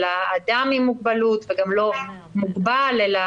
אלא "אדם עם מוגבלות" ולא מוגבל אלא